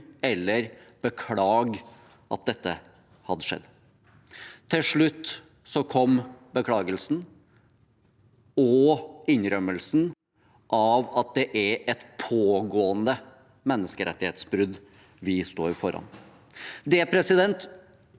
eller beklage at dette hadde skjedd. Til slutt kom beklagelsen og innrømmelsen av at det er et pågående menneskerettighetsbrudd vi står overfor. Det tror